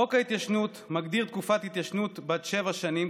חוק ההתיישנות מגדיר תקופת התיישנות בת שבע שנים,